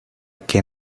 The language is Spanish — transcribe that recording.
que